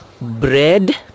Bread